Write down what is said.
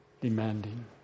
demanding